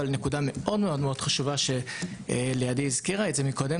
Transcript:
אבל נקודה מאוד חשובה שמי שיושבת לידי הזכירה את זה מקודם,